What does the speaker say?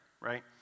right